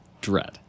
Dread